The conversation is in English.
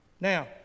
Now